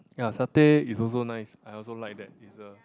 ya satay is also nice I also like that is a